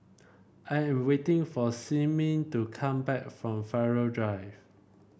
I am waiting for Simmie to come back from Farrer Drive